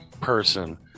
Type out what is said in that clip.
person